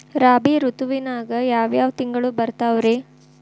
ರಾಬಿ ಋತುವಿನಾಗ ಯಾವ್ ಯಾವ್ ತಿಂಗಳು ಬರ್ತಾವ್ ರೇ?